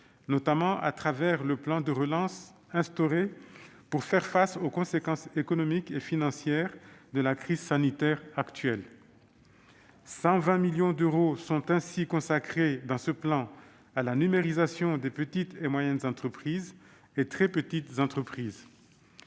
notamment à travers le plan de relance instauré pour faire face aux conséquences économiques et financières de la crise sanitaire actuelle. Ainsi, 120 millions d'euros sont consacrés dans ce plan à la numérisation des petites et moyennes entreprises (PME) et des très petites entreprises